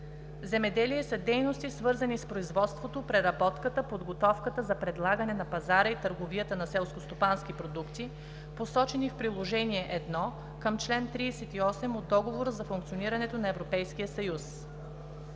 „Земеделие” са дейности, свързани с производството, преработката, подготовката за предлагане на пазара и търговията на селскостопански продукти, посочени в приложение I към чл. 38 от Договора за функционирането на Европейския съюз.